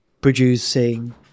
producing